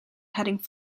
heading